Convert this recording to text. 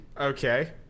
okay